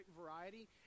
variety